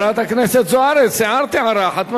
חברת הכנסת זוארץ, הערת הערה אחת.